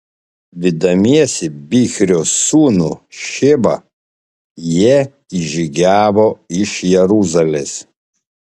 vydamiesi bichrio sūnų šebą jie išžygiavo iš jeruzalės